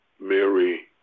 Mary